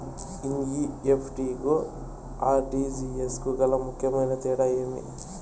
NEFT కు RTGS కు గల ముఖ్యమైన తేడా ఏమి?